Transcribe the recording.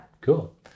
Cool